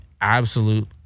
absolute